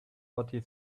fourty